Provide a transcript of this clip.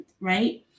right